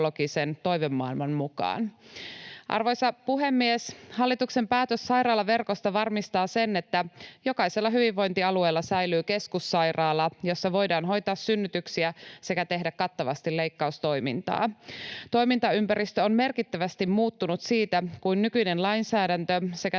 Arvoisa puhemies! Hallituksen päätös sairaalaverkosta varmistaa sen, että jokaisella hyvinvointialueella säilyy keskussairaala, jossa voidaan hoitaa synnytyksiä sekä tehdä kattavasti leikkaustoimintaa. Toimintaympäristö on merkittävästi muuttunut siitä, kun nykyinen lainsäädäntö sekä